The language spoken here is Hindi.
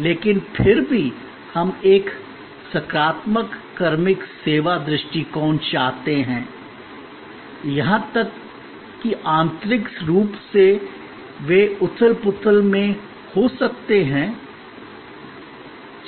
लेकिन फिर भी हम एक सकारात्मक कार्मिक सेवा दृष्टिकोण चाहते हैं यहां तक कि आंतरिक रूप से वे उथल पुथल में हो सकते हैं